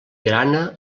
grana